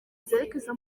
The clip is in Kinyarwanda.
zerekeza